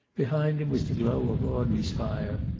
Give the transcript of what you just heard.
behind him was the glow of audrey's fire,